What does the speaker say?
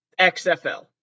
XFL